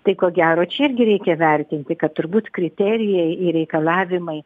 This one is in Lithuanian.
tai ko gero čia irgi reikia vertinti kad turbūt kriterijai ir reikalavimai